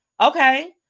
okay